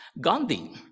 Gandhi